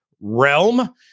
realm